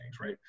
right